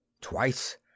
twice